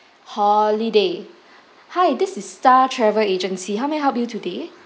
holiday hi this is star travel agency how may I help you today